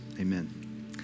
amen